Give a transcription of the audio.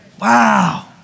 Wow